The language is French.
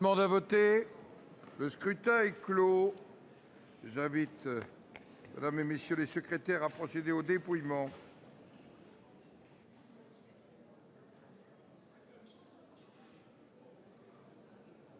Le scrutin est clos. J'invite Mmes et MM. les secrétaires à procéder au dépouillement